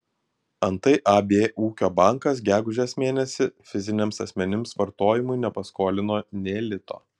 antai ab ūkio bankas gegužės mėnesį fiziniams asmenims vartojimui nepaskolino nė lito